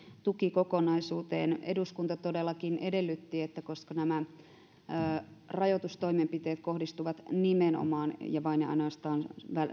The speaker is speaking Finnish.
tukikokonaisuuteen eduskunta todellakin edellytti että koska nämä rajoitustoimenpiteet kohdistuvat nimenomaan ja vain ja ainoastaan